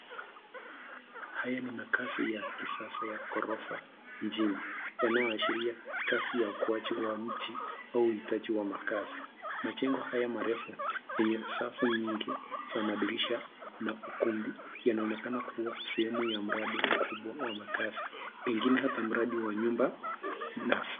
Haya ni makazi ya kisasa ya ghorofa mjini, yanayo ashiria Kasi ya ukuaji wa mji au uhitaji wa makazi. Majengo haya marefu yenye safu nyingi za madirisha na ukumbi yanaonekana kuwa sehemu ya mradi mkubwa wa makazi pengine hata mradi wa nyumba nafuu.